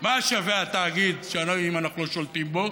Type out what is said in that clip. מה שווה התאגיד אם אנחנו לא שולטים בו.